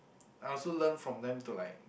I also learn from them to like